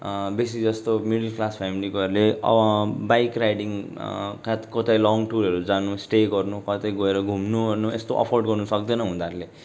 बेसी जस्तो middle class फ्यामिलीकोहरूले बाइक राइडिङ कात कतै लङ्ग टुरहरू जानु स्टे गर्नु कतै गएर घुम्नु ओर्नु यस्तो अफोर्ड गर्नु सक्दैन उनीहरूले